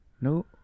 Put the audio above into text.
No